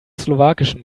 slowakischen